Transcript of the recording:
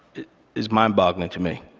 is mind-boggling to me.